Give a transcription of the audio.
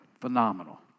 phenomenal